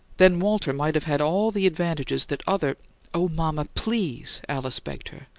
then walter might have had all the advantages that other oh, mama, please! alice begged her.